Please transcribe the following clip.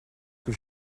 que